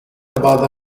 about